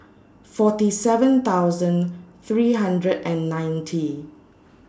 forty seven thousand three hundred and ninety